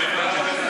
מקום.